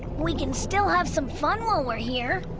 we can still ah have some fun while we're here.